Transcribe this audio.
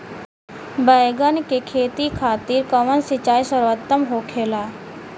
बैगन के खेती खातिर कवन सिचाई सर्वोतम होखेला?